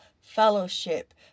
fellowship